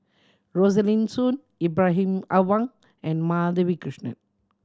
Rosaline Soon Ibrahim Awang and Madhavi Krishnan